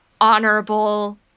honorable